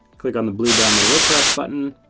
click on the blue download wordpress button,